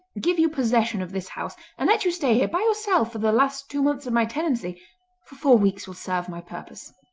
give you possession of this house, and let you stay here by yourself for the last two months of my tenancy, for four weeks will serve my purpose